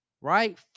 right